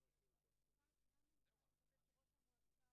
רק להבהיר: כאשר אנחנו דורשים את הסכמת שר האוצר,